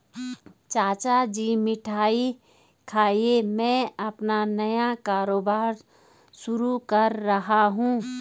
चाचा जी मिठाई खाइए मैं अपना नया कारोबार शुरू कर रहा हूं